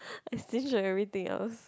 is this your everything else